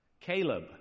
Caleb